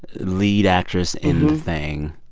lead actress in the thing.